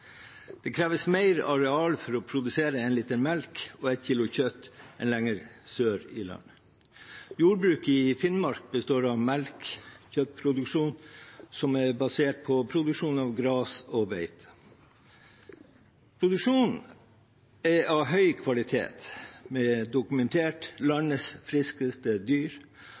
Det kreves mer areal for å produsere én liter melk og ett kilo kjøtt enn lenger sør i landet. Jordbruket i Finnmark består av melke- og kjøttproduksjon basert på gras og beite. Produksjonen er av høy kvalitet, med dokumentert landets friskeste dyr.